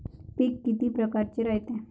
पिकं किती परकारचे रायते?